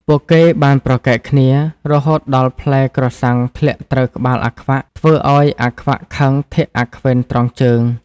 ពួកគេបានប្រកែកគ្នា រហូតដល់ផ្លែក្រសាំងធ្លាក់ត្រូវក្បាលអាខ្វាក់ ធ្វើឱ្យអាខ្វាក់ខឹងធាក់អាខ្វិនត្រង់ជើង ។